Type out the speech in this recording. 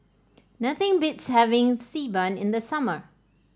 nothing beats having Xi Ban in the summer